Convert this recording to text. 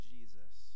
Jesus